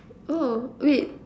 oh wait